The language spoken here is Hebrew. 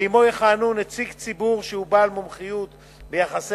ועמו יכהנו נציג ציבור שהוא בעל מומחיות ביחסי